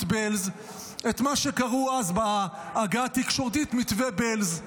בעלז את מה שקראו אז בעגה התקשורתית מתווה בעלז.